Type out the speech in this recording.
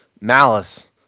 malice